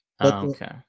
Okay